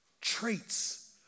traits